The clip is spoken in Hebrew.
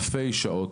קנינו אלפי שעות,